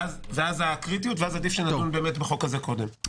ואז יש קריטיות, ואז עדיף שנדון בחוק הזה קודם.